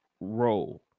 role